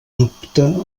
dubte